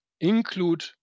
include